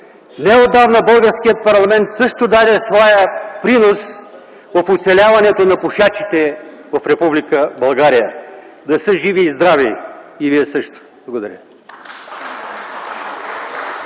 Неотдавна българският парламент също даде своя принос в оцеляването на пушачите в Република България. Да са живи и здрави! И Вие също! Благодаря.